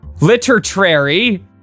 Literary